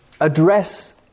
address